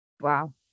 Wow